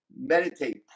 Meditate